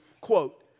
quote